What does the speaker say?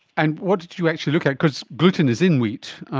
and what did you actually look at? because gluten is in wheat,